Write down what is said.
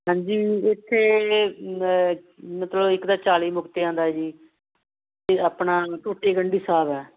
ਹਾਂਜੀ ਇੱਥੇ ਮ ਮਤਲਬ ਇੱਕ ਤਾਂ ਚਾਲ੍ਹੀ ਮੁਕਤਿਆਂ ਦਾ ਜੀ ਆਪਣਾ ਟੋਟੇਗੰਡੀ ਸਾਹਿਬ ਹੈ